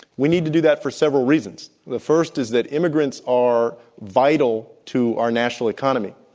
we need to do that for several reasons. the first is that immigrants are vital to our national economy.